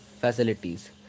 facilities